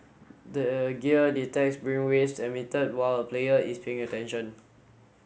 the gear detects brainwaves emitted while a player is paying attention